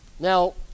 Now